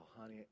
honey